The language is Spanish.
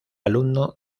alumno